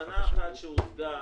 הבנה אחת שהושגה,